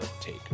take